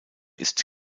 ist